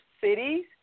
cities